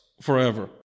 forever